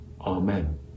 Amen